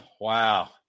wow